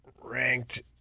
Ranked